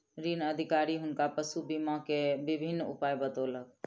ऋण अधिकारी हुनका पशु बीमा के विभिन्न उपाय बतौलक